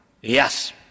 Yes